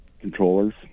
controllers